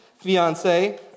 fiance